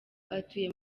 atuye